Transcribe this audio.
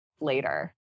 later